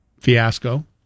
fiasco